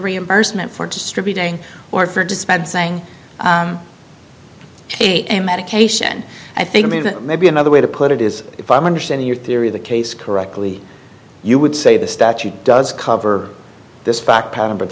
reimbursement for distributing or for dispensing in medication i think maybe another way to put it is if i understand your theory of the case correctly you would say the statute does cover this fact pattern but